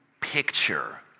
picture